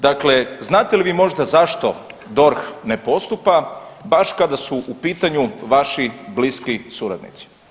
Dakle, znate li vi možda zašto DORH ne postupa baš kada su u pitanju vaši bliski suradnici?